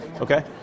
Okay